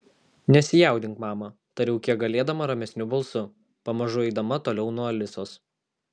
nesijaudink mama tariau kiek galėdama ramesniu balsu pamažu eidama toliau nuo alisos